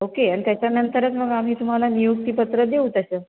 okay आणि त्याच्यानंतरच मग आम्ही तुम्हाला नियुक्तीपत्र देऊ त्याचं